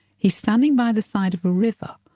he's standing by the side of a river,